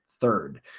third